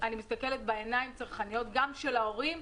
אני מסתכלת בעיניים צרכניות של ההורים,